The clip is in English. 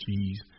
cheese